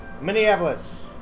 Minneapolis